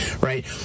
Right